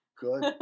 Good